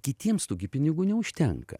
kitiems tų pinigų neužtenka